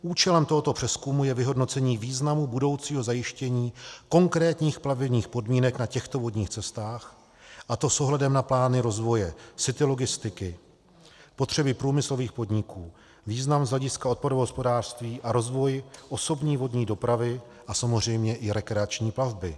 Účelem tohoto přezkumu je vyhodnocení významu budoucího zajištění konkrétních plavebních podmínek na těchto vodních cestách, a to s ohledem na plány rozvoje city logistiky, potřeby průmyslových podniků, význam z hlediska odpadového hospodářství a rozvoj osobní vodní dopravy a samozřejmě i rekreační plavby.